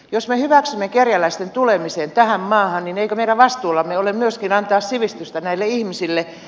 jos me hyväksymme kerjäläisten tulemisen tähän maahan niin eikö meidän vastuullamme ole myöskin antaa sivistystä näille ihmisille